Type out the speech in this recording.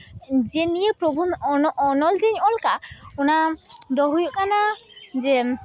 ᱡᱮ ᱱᱤᱭᱟᱹ ᱯᱨᱚᱵᱚᱱᱫᱷᱚ ᱚᱱᱚᱞ ᱡᱮᱧ ᱚᱞ ᱠᱟᱜᱼᱟ ᱚᱱᱟᱫᱚ ᱦᱩᱭᱩᱜ ᱠᱟᱱᱟ ᱡᱮ